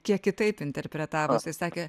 kiek kitaip interpretavo jisai sakė